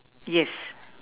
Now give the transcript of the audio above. yes